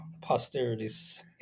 posterities